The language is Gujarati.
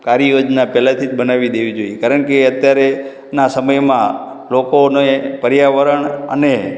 કાર્ય યોજના પેહલાથી જ બનાવી દેવી જોઈએ કારણકે અત્યારના સમયમાં લોકોને પર્યાવરણ અને